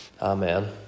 Amen